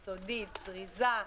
היסודית, הזריזה.